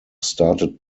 started